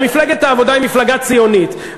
הרי מפלגת העבודה היא מפלגה ציונית,